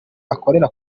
akorera